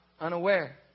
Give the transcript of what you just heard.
unaware